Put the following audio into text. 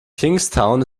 kingstown